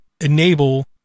enable